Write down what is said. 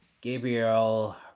Gabriel